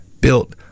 built